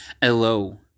Hello